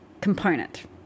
component